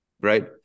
right